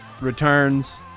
returns